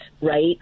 right